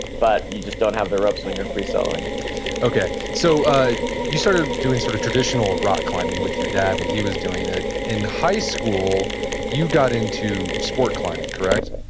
but you just don't have the ropes when you're free soloing okay. so ah you started doing sort of traditional rock climbing with your dad when he was doing it. in high school you got into sport climbing, correct?